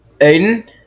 Aiden